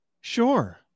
Sure